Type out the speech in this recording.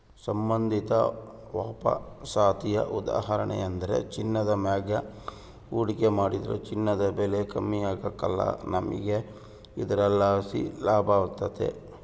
ಸಂಬಂಧಿತ ವಾಪಸಾತಿಯ ಉದಾಹರಣೆಯೆಂದ್ರ ಚಿನ್ನದ ಮ್ಯಾಗ ಹೂಡಿಕೆ ಮಾಡಿದ್ರ ಚಿನ್ನದ ಬೆಲೆ ಕಮ್ಮಿ ಆಗ್ಕಲ್ಲ, ನಮಿಗೆ ಇದರ್ಲಾಸಿ ಲಾಭತತೆ